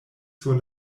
sur